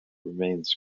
remains